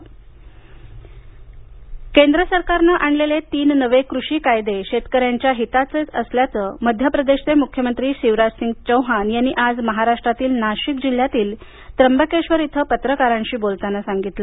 मध्यप्रदेश केंद्रसरकारनं आणलेले तीन नवे कृषी कायदे शेतकऱ्यांच्या हिताचेच असल्याचं मध्यप्रदेशचे मुख्यमंत्री शिवराज सिंग चौहान यांनी आज महाराष्ट्रातील नाशिक जिल्ह्यातील त्र्यंबकेश्वर इथं पत्रकारांशी बोलताना सांगितलं